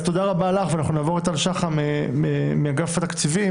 תודה רבה לך ואנחנו נעבור לטל שחם מאגף התקציבים.